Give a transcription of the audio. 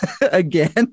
again